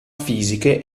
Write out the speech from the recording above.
fisiche